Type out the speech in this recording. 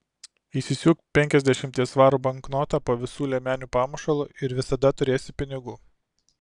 įsisiūk penkiasdešimties svarų banknotą po visų liemenių pamušalu ir visada turėsi pinigų